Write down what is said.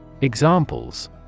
examples